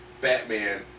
Batman